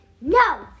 no